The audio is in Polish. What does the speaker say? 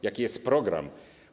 Jaki jest program?